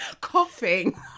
Coughing